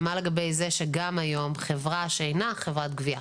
ומה לגבי זה שגם היום חברה שאינה חברת גבייה,